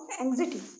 anxiety